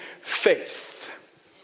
faith